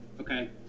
Okay